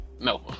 No